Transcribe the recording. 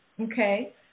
okay